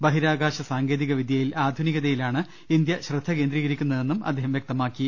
ബഹിരാകാശ സാങ്കേതിക വിദ്യയിൽ ആധു നികതയിലാണ് ഇന്ത്യ ശ്രദ്ധ കേന്ദ്രീകരിക്കുന്നതെന്നും അദ്ദേഹം വ്യക്തമാക്കി